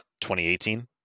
2018